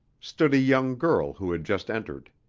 stood a young girl who had just entered.